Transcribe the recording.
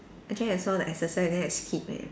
actually I saw the exercise then I skip leh